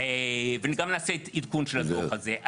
וגם נעשה עדכון של הדוח הזה.